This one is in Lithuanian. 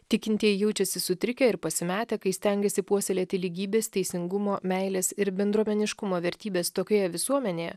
tikintieji jaučiasi sutrikę ir pasimetę kai stengiasi puoselėti lygybės teisingumo meilės ir bendruomeniškumo vertybes tokioje visuomenėje